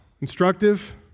Instructive